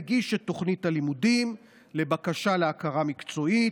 מגיש את תוכנית הלימודים לבקשה להכרה מקצועית.